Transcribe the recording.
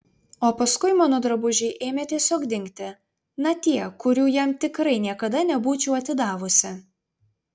o paskui mano drabužiai ėmė tiesiog dingti na tie kurių jam tikrai niekada nebūčiau atidavusi